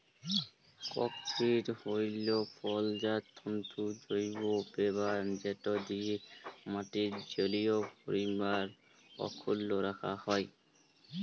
cocopeat হ্যইল ফলজাত তল্তুর জৈব ব্যাভার যেট দিঁয়ে মাটির জলীয় পরিমাল অখ্খুল্ল রাখা যায়